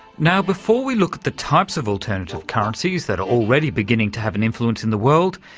now before we look at the types of alternative currencies that are already beginning to have an influence in the world,